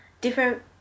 different